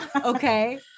okay